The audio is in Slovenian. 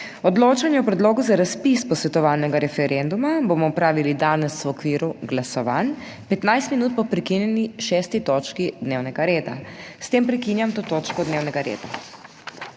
odločanje o predlogu za razpis posvetovalnega referenduma bomo opravili danes v okviru glasovanj 15 minut po prekinjeni 6. točki dnevnega reda. S tem prekinjam to točko dnevnega reda.